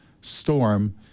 storm